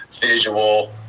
visual